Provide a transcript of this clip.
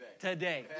today